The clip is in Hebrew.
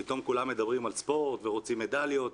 פתאום כולם מדברים על ספורט ורוצים מדליות,